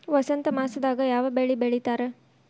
ವಸಂತ ಮಾಸದಾಗ್ ಯಾವ ಬೆಳಿ ಬೆಳಿತಾರ?